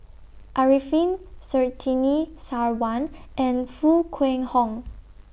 Arifin Surtini Sarwan and Foo Kwee Horng